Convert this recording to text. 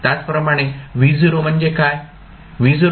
त्याचप्रमाणे V0 म्हणजे काय